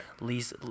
least